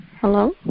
Hello